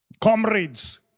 comrades